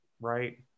right